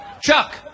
chuck